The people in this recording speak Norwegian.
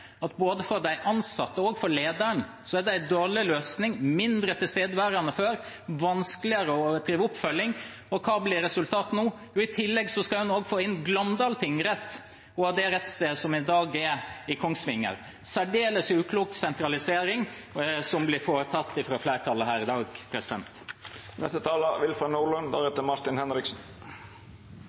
at både for de ansatte og for lederen er det en dårlig løsning – mindre tilstedeværelse enn før, vanskeligere å drive oppfølging. Og hva blir resultatet nå? Jo, i tillegg skal man få inn Glåmdal tingrett, det rettsstedet som i dag er i Kongsvinger. Det er særdeles uklok sentralisering som blir foretatt fra flertallet her i dag.